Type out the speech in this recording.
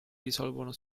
risolvono